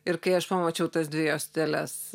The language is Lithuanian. ir kai aš pamačiau tas dvi juosteles